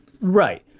Right